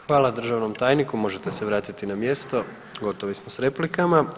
Hvala državnom tajniku, možete se vratiti na mjesto gotovi smo s replikama.